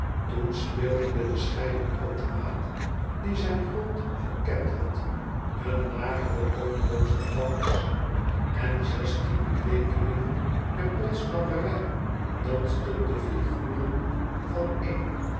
toen speelde de bescheiden automaat die zijn grond verkend had een mageren toonloozen dans en zestien kweekelingen der podsnapperij dansten de figuren van i